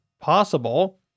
possible